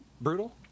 Brutal